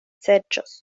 serĉos